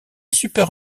super